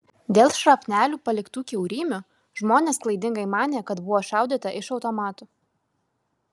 dėl šrapnelių paliktų kiaurymių žmonės klaidingai manė kad buvo šaudyta iš automatų